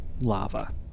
lava